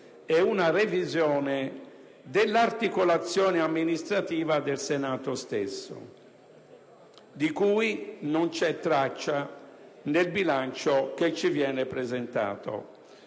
e una revisione dell'articolazione amministrativa del Senato stesso, di cui non c'è traccia nel bilancio che ci viene presentato.